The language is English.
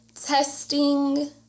testing